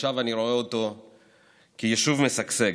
ועכשיו אני רואה אותו כיישוב משגשג.